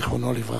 זיכרונו לברכה.